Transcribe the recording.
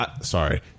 sorry